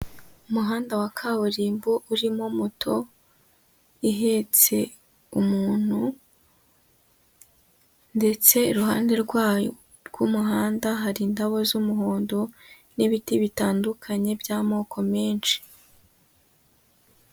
Umuhanda wa kaburimbo urimo moto ihetse umuntu ndetse iruhande rwayo rw'umuhanda hari indabo z'umuhondo n'ibiti bitandukanye by'amoko menshi.